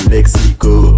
Mexico